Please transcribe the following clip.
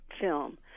film